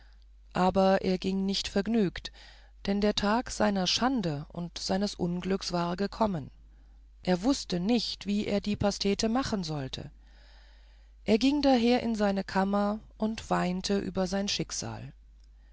aber er ging nicht vergnügt denn der tag seiner schande und seines unglücks war gekommen er wußte nicht wie er die pastete machen sollte er ging daher in seine kammer und weinte über sein schicksal